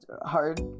hard